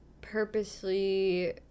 purposely